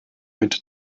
mit